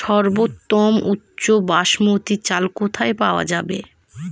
সর্বোওম উচ্চ বাসমতী চাল কোথায় পওয়া যাবে?